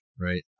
Right